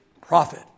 profit